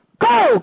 Go